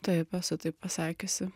taip esu taip pasakiusi